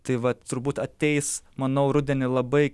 tai va turbūt ateis manau rudenį labai